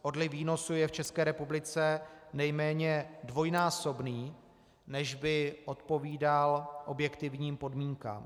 Odliv výnosů je v České republice nejméně dvojnásobný, než by odpovídal objektivním podmínkám.